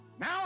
Now